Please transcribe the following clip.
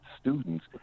students